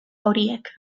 horiek